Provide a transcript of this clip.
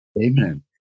Amen